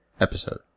Episode